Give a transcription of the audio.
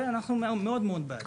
אנחנו מאוד בעד.